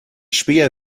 späher